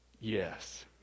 yes